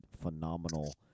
phenomenal